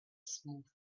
smoke